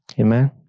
Amen